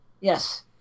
Yes